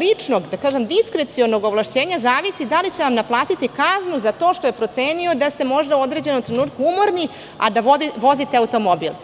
ličnog, diskrecionog ovlašćenja zavisi da li će vam naplatiti kaznu za to što je procenio da ste možda u određenom trenutku umorni, a da vozite automobil,